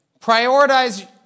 Prioritize